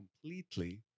completely